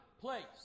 place